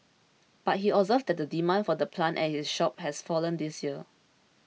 but he observed that the demand for the plant at his shop has fallen this year